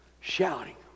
shouting